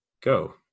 go